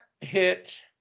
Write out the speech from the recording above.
hit